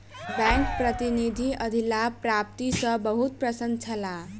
bank प्रतिनिधि अधिलाभ प्राप्ति सॅ बहुत प्रसन्न छला